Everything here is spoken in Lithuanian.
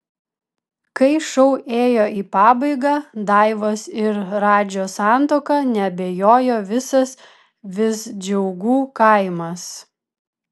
kai šou ėjo į pabaigą daivos ir radžio santuoka neabejojo visas visdžiaugų kaimas